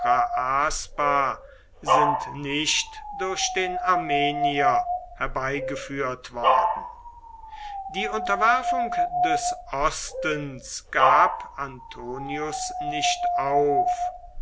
sind nicht durch den armenier herbeigeführt worden die unterwerfung des ostens gab antonius nicht auf